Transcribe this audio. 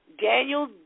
Daniel